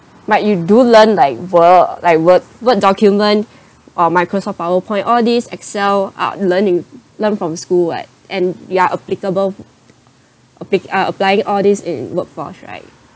but you do learn like Word like Word Word document or Microsoft Powerpoint all these Excel are learn in learn from school [what] and you are applicable appli~ uh applying all these in workforce right